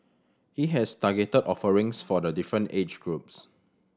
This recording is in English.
he has targeted offerings for the different age groups